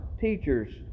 teachers